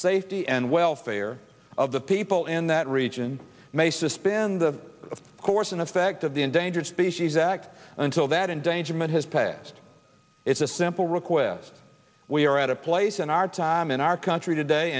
safety and welfare of the people in that region may suspend the course in effect of the endangered species act until that endangerment has passed it's a simple request we are at a place in our time in our country today